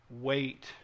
wait